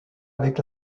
avec